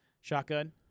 Shotgun